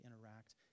interact